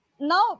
Now